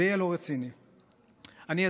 זה יהיה לא רציני.